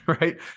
right